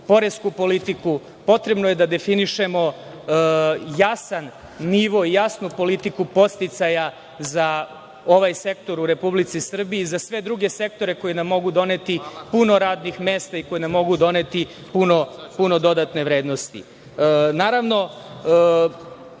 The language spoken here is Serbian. poresku politiku. Potrebno je da definišemo jasan nivo i jasnu politiku podsticaja za ovaj sektor u Republici Srbiji i za sve druge sektore koji nam mogu doneti puno radnih mesta i koji nam mogu doneti puno dodatne vrednosti. Naravno,